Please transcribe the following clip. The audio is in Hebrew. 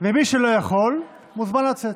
ומי שלא יכול, מוזמן לצאת.